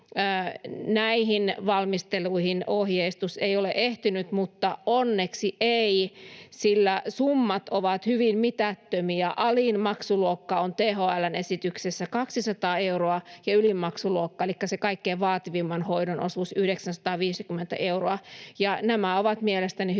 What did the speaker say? Näihin valmisteluihin ohjeistus ei ole ehtinyt, mutta onneksi ei, sillä summat ovat hyvin mitättömiä: alin maksuluokka on THL:n esityksessä 200 euroa ja ylin maksuluokka, elikkä se kaikkein vaativimman hoidon osuus, 950 euroa. Nämä ovat mielestäni hyvin